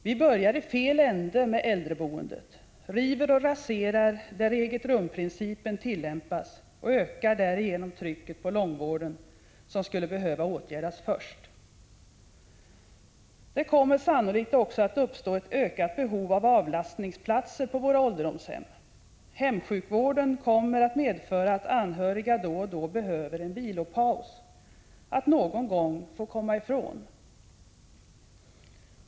Vi börjar i fel ände med äldreboendet, river och raserar där egetrumprincipen tillämpas och ökar därigenom trycket på långvården, som skulle behöva åtgärdas först. Det kommer sannolikt också att uppstå ett ökat behov av avlastningsplatser på våra ålderdomshem. Hemsjukvården kommer att medföra att anhöriga då och då behöver en vilopaus — att någon gång ”komma ifrån”.